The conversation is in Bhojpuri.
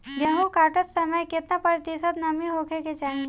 गेहूँ काटत समय केतना प्रतिशत नमी होखे के चाहीं?